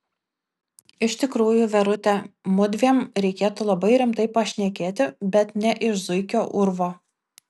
iš tikrųjų verute mudviem reikėtų labai rimtai pašnekėti bet ne iš zuikio urvo